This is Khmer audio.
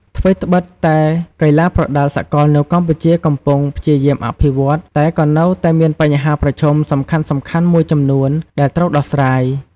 ថ្វីត្បិតតែកីឡាប្រដាល់សកលនៅកម្ពុជាកំពុងព្យាយាមអភិវឌ្ឍន៍ តែក៏នៅតែមានបញ្ហាប្រឈមសំខាន់ៗមួយចំនួនដែលត្រូវដោះស្រាយ